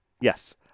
Yes